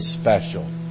special